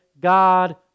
God